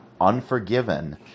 Unforgiven